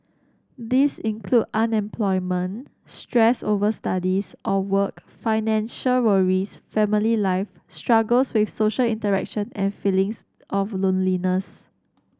these include unemployment stress over studies or work financial worries family life struggles with social interaction and feelings of loneliness